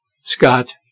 Scott